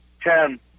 Ten